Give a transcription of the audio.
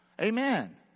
Amen